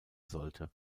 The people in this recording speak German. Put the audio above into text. sollte